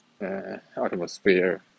atmosphere